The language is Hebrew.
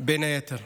בין היתר.